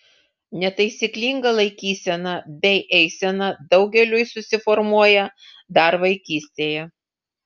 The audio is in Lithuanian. netaisyklinga laikysena bei eisena daugeliui susiformuoja dar vaikystėje